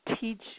teach